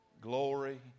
glory